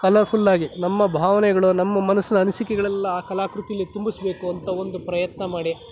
ಕಲರ್ಫುಲ್ಲಾಗಿ ನಮ್ಮ ಭಾವನೆಗಳು ನಮ್ಮ ಮನಸ್ಸಿನ ಅನಿಸಿಕೆಗಳೆಲ್ಲ ಆ ಕಲಾಕೃತೀಲಿ ತುಂಬಿಸಬೇಕು ಅಂತ ಒಂದು ಪ್ರಯತ್ನ ಮಾಡಿ